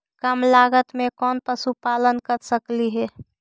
कम लागत में कौन पशुपालन कर सकली हे?